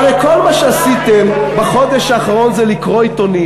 הרי כל מה שעשיתם בחודש האחרון זה לקרוא עיתונים.